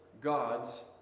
God's